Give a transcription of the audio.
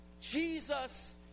Jesus